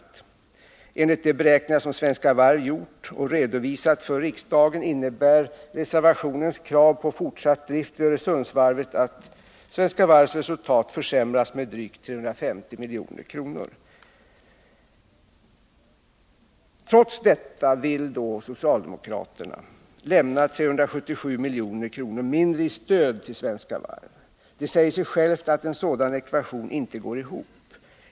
Enligt de Nr 164 beräkningar som Svenska Varv har gjort och redovisat för riksdagen innebär Torsdagen den reservationens krav på fortsatt drift vid Öresundsvarvet att Svenska Varvs 5 juni 1980 resultat försämras med drygt 350 milj.kr. Trots detta vill socialdemokraterna lämna 377 milj.kr. mindre i stöd till Svenska Varv. Det säger sig självt att en sådan ekvation inte går ihop.